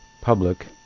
public